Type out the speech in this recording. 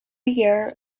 year